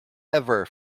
ever